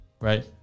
Right